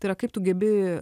tai yra kaip tu gebi